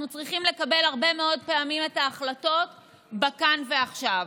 אנחנו צריכים לקבל הרבה מאוד פעמים את ההחלטות כאן ועכשיו.